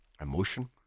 emotion